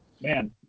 man